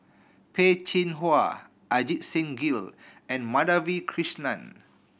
Peh Chin Hua Ajit Singh Gill and Madhavi Krishnan